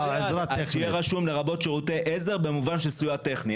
יהיה רשום לרבות שירותי עזר במובן של סיוע טכני.